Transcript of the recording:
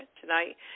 tonight